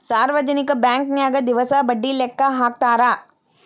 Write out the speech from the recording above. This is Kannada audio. ಸಾರ್ವಜನಿಕ ಬಾಂಕನ್ಯಾಗ ದಿವಸ ಬಡ್ಡಿ ಲೆಕ್ಕಾ ಹಾಕ್ತಾರಾ